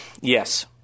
Yes